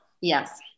Yes